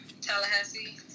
Tallahassee